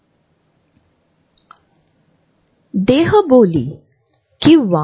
लोक एकीकडे गर्दीचा ताण आणि दुसरीकडे एकटेपणा जाणवण्याच्या दरम्यान हे संतुलन कसे टिकवून ठेवू शकतात